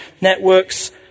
networks